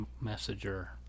messenger